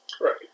Right